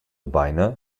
beine